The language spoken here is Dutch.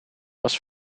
was